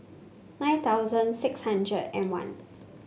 nine thousand six hundred and one